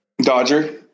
Dodger